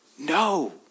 No